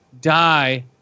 die